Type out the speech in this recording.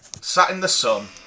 sat-in-the-sun